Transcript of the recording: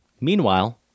Meanwhile